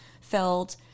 filled